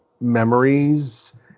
memories